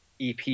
EP